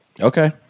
Okay